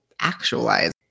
actualize